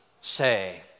say